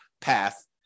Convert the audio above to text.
path